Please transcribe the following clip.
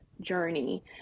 journey